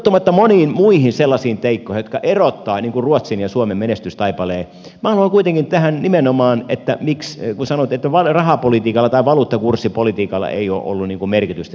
puuttumatta moniin muihin sellaisiin seikkoihin jotka erottavat ruotsin ja suomen menestystaipaleen minä haluan kuitenkin puuttua nimenomaan tähän että miksi kun sanoitte että rahapolitiikalla tai valuuttakurssipolitiikalla ei ole ollut merkitystä sille